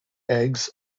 eggs